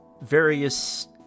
various